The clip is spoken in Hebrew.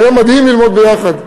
היה מדהים ללמוד ביחד,